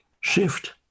shift